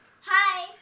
Hi